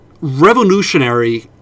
revolutionary